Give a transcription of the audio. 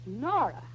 Nora